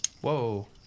Whoa